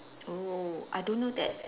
oh I don't know that